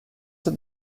that